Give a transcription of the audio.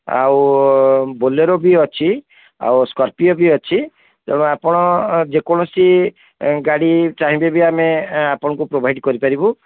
ଆଉ ବୋଲେରୋ ବି ଅଛି ଆଉ ସ୍କର୍ପିଓ ବି ଅଛି ତେଣୁ ଆପଣ ଯେକୌଣସି ଗାଡ଼ି ଚାହିଁଲେ ବି ଆମେ ଆପଣଙ୍କୁ ପ୍ରୋଭାଇଡ଼୍ କରିପାରିବୁ